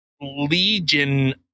legion